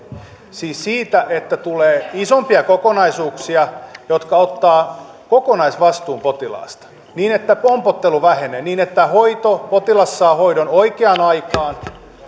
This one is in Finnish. siis siitä että tulee isompia kokonaisuuksia jotka ottavat kokonaisvastuun potilaasta niin että pompottelu vähenee niin että potilas saa hoidon oikeaan aikaan